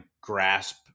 grasp